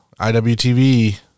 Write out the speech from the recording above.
IWTV